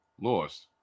lost